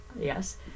yes